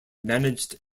managed